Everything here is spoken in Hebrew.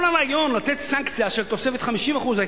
כל הרעיון לתת סנקציה של תוספת 50% היה